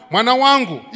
Manawangu